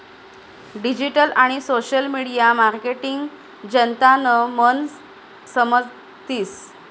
digital आणि social media marketing जनतानं मन समजतीस